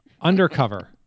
Undercover